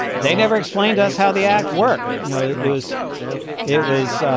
they never explain to us how the act worked. you know, it was it was,